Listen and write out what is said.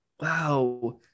wow